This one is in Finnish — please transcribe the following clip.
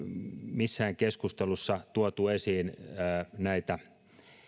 missään keskustelussa tuotu esiin